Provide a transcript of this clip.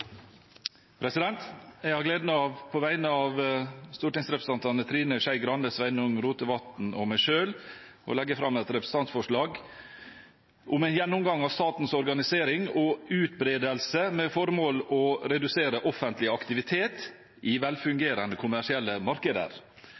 Jeg har gleden av, på vegne av stortingsrepresentantene Trine Skei Grande, Sveinung Rotevatn og meg selv, å framsette et representantforslag om en gjennomgang av statens organisering og utbredelse, med formål om å redusere offentlig aktivitet i